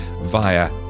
via